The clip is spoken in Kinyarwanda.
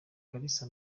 kalisa